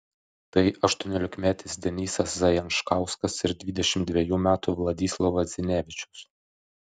tai aštuoniolikmetis denisas zajančkauskas ir dvidešimt dvejų metų vladislovas zinevičius